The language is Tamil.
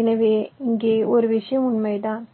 எனவே இங்கே ஒரு விஷயம் உண்மைதான் இதை